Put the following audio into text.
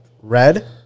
red